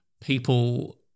people